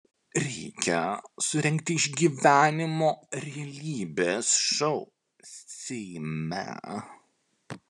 reikia surengti išgyvenimo realybės šou seime